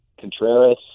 Contreras